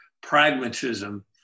pragmatism